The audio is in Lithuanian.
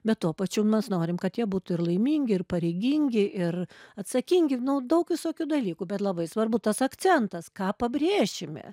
bet tuo pačiu mes norim kad jie būtų ir laimingi ir pareigingi ir atsakingi nu daug visokių dalykų bet labai svarbu tas akcentas ką pabrėšime